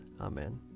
Amen